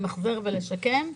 למחזר ולשקם.